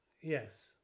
yes